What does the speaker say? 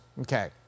Okay